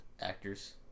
actors